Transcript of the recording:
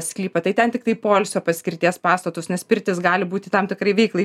sklypą tai ten tiktai poilsio paskirties pastatus nes pirtys gali būti tam tikri veiklai